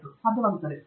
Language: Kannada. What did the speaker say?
ಪ್ರೊಫೆಸರ್